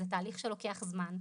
זה תהליך שלוקח זמן.